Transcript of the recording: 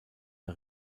der